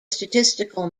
statistical